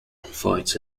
fights